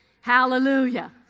Hallelujah